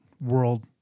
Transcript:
world